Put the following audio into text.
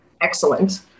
excellent